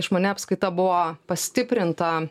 išmani apskaita buvo pastiprinta